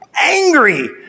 angry